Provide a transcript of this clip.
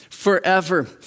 Forever